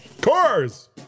Cars